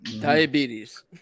Diabetes